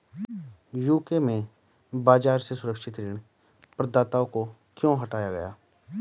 UK में बाजार से सुरक्षित ऋण प्रदाताओं को क्यों हटाया गया?